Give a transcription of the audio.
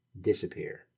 disappear